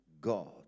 God